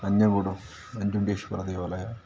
ನಂಜನಗೂಡು ನಂಜುಂಡೇಶ್ವರ ದೇವಾಲಯ